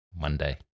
Monday